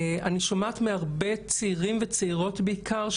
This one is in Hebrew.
אני שומעת מהרבה צעירים וצעירות בעיקר,